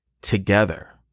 together